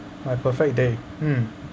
my perfect day mm